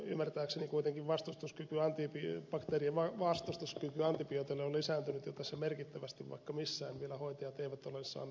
minun ymmärtääkseni kuitenkin bakteerien vastustuskyky antibiooteille on lisääntynyt jo tässä merkittävästi vaikka missään vielä hoitajat eivät ole saaneet niitä määrätä